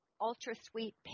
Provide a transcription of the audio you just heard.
ultra-sweet